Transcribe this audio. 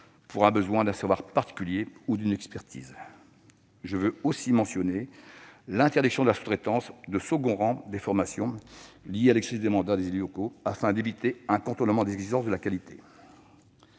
comme le besoin d'un savoir particulier ou d'une expertise. Je veux aussi mentionner l'interdiction de la sous-traitance de second rang des formations liées à l'exercice du mandat des élus locaux, afin d'éviter un contournement des exigences de qualité.